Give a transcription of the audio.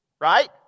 right